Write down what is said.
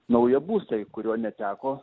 naują būstą ir kurio neteko